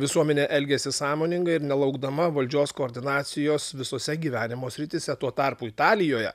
visuomenė elgėsi sąmoningai ir nelaukdama valdžios koordinacijos visose gyvenimo srityse tuo tarpu italijoje